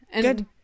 Good